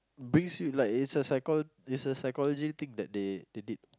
brings you like it's a it's a psychological thing that they did